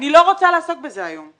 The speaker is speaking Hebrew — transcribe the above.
לא רוצה לעסוק בזה היום.